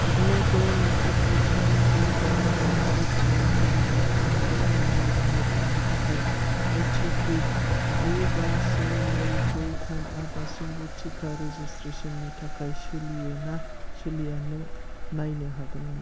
द' द' लाथिख' स्नि ब्रै दाइन दाइन से स्नि दाइन दाइन जानबुं नम्बर बाहायग्रानि थाखाय अटिपि गु बा स्नि नै ब्रै थामआ दासिमबो टिका रेजिसट्रेसननि थाखाय सोलियो ना सोलिया नों नायनो हागोन नामा